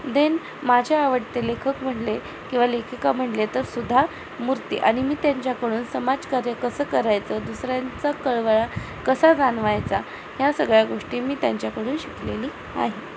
then माझे आवडते लेखक म्हणले किंवा लेखिका म्हणले तर सुद्धा मूर्ती आणि मी त्यांच्याकडून समाजकार्य कसं करायचं दुसऱ्यांचा कळवळा कसा जाणवायचा ह्या सगळ्या गोष्टी मी त्यांच्याकडून शिकलेली आहे